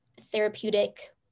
therapeutic